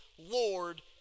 Lord